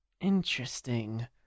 Interesting